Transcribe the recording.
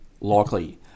Likely